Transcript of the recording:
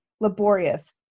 laborious